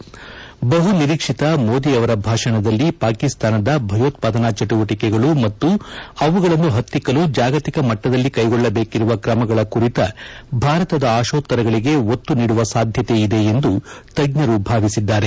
ಮೋದಿ ಅವರ ಬಹುನಿರೀಕ್ಷಿತ ಭಾಷಣದಲ್ಲಿ ಪಾಕಿಸ್ತಾನದ ಭಯೋತ್ಪಾದನಾ ಚಟುವಟಿಕೆಗಳು ಮತ್ತು ಅವುಗಳನ್ನು ಹತ್ತಿಕ್ಕಲು ಜಾಗತಿಕ ಮಟ್ವದಲ್ಲಿ ಕೈಗೊಳ್ಳಬೇಕಿರುವ ಕ್ರಮಗಳ ಕುರಿತ ಭಾರತದ ಆಶೋತ್ತರಗಳಿಗೆ ಒತ್ತು ನೀಡುವ ಸಾಧ್ಯತೆಯಿದೆ ಎಂದು ತಜ್ಞರು ನಂಬಿದ್ದಾರೆ